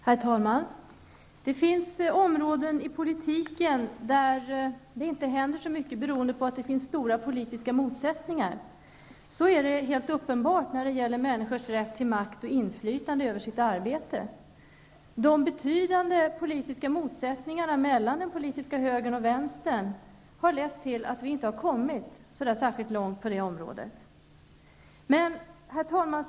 Herr talman! Det finns områden i politiken där det inte händer så mycket beroende på att det finns stora politiska motsättningar. Så är uppenbart fallet när det gäller människors rätt till makt och inflytande över arbetet. De betydande politiska motsättningarna mellan den politiska högern och vänstern har lett till att vi inte har kommit särskilt långt på det området. Herr talman!